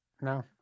No